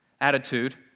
attitude